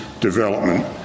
development